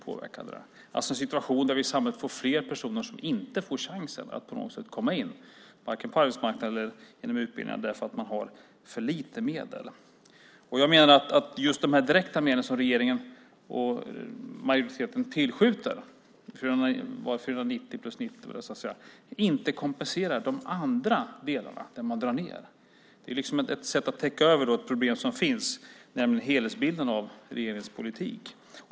Situationen i samhället är sådan att vi får fler personer som inte får chansen att komma in vare sig på arbetsmarknaden eller på någon utbildning; man har för lite medel. De direkta medel som regeringen och majoriteten tillskjuter, 490 plus 90, kompenserar inte för de andra delarna där man drar ned. Det är ett sätt att täcka över ett problem som finns, nämligen helhetsbilden av regeringens politik.